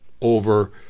over